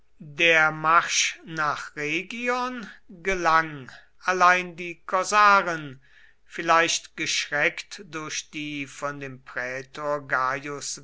der marsch nach rhegion gelang allein die korsaren vielleicht geschreckt durch die von dem prätor